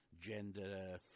gender